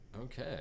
Okay